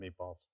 meatballs